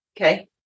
Okay